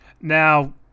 Now